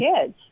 kids